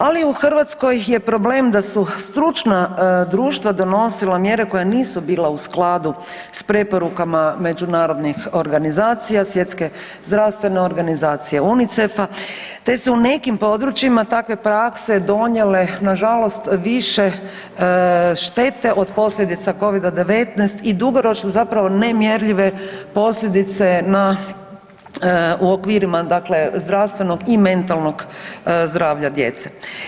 Ali u Hrvatskoj je problem da su stručna društva donosila mjere koje nisu bila u skladu s preporukama međunarodnih organizacija, Svjetske zdravstvene organizacije, UNICEF-a, te su u nekim područjima takve prakse donijele na žalost više štete od posljedica Covida-19 i dugoročno zapravo nemjerljive posljedice u okvirima dakle zdravstvenog i mentalnog zdravlja djece.